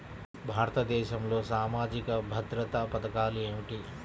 భారతదేశంలో సామాజిక భద్రతా పథకాలు ఏమిటీ?